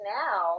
now